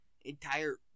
entire